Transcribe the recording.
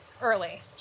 early